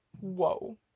whoa